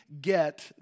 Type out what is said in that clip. get